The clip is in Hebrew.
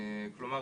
כלומר,